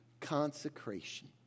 consecration